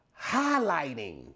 highlighting